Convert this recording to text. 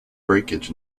breakage